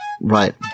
Right